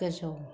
गोजौ